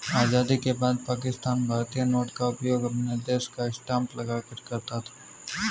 आजादी के बाद पाकिस्तान भारतीय नोट का उपयोग अपने देश का स्टांप लगाकर करता था